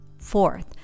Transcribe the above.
Fourth